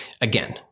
again